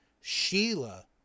Sheila